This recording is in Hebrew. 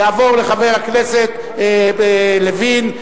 יעבור לחבר הכנסת לוין,